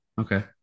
Okay